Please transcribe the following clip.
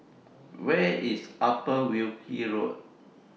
Where IS Upper Wilkie Road